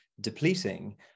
depleting